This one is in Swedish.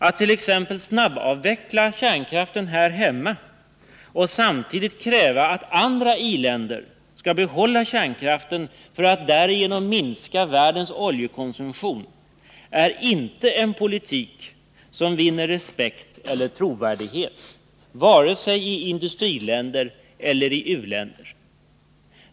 Att t.ex. snabbavveckla kärnkraften här hemma och samtidigt kräva att andra i-länder skall behålla kärnkraften för att därigenom minska världens oljekonsumtion är inte en politik som vinner respekt eller trovärdighet, vare sig i i-länder eller i u-länder.